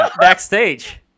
backstage